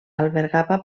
albergava